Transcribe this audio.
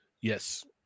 Yes